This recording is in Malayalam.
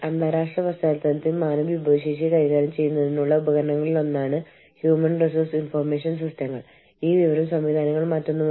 അന്താരാഷ്ട്ര ബിസിനസിന്റെ സ്ഥാപനപരമായ സന്ദർഭത്തിൽ അന്തർദേശീയ സംഘടനകൾ ഉൾപ്പെടുന്നു